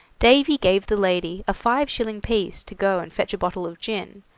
davy gave the lady a five-shilling piece to go and fetch a bottle of gin,